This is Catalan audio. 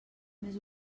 més